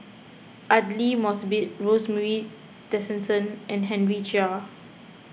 Aidli Mosbit Rosemary Tessensohn and Henry Chia